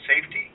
safety